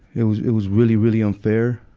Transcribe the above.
it was, it was really, really unfair,